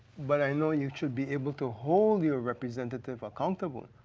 but i know you should be able to hold your representative accountable.